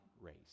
race